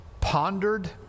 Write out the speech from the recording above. pondered